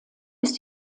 ist